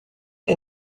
est